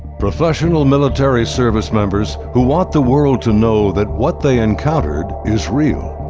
professional military service members who want the world to know that what they encountered is real.